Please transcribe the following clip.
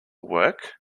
work